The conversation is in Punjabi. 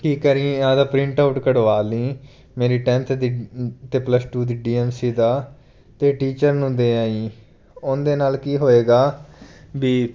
ਕੀ ਕਰੀਂ ਆਪਣਾ ਪ੍ਰਿੰਟ ਆਊਟ ਕਢਵਾ ਲਈਂ ਮੇਰੀ ਟੈਂਨਥ ਦੀ ਅਤੇ ਪਲੱਸ ਟੂ ਦੀ ਡੀ ਐਮ ਸੀ ਦਾ ਅਤੇ ਟੀਚਰ ਨੂੰ ਦੇ ਆਈਂ ਉਹਦੇ ਨਾਲ ਕੀ ਹੋਵੇਗਾ ਵੀ